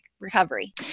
recovery